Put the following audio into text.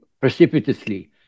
precipitously